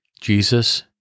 Jesus